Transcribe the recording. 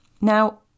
now